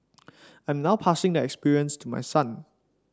I'm now passing the experience to my son